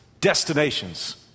destinations